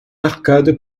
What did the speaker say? arcade